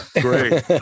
great